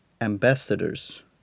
ambassadors